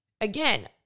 Again